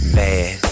bad